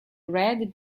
red